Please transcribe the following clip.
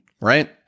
right